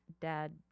Dad